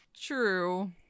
true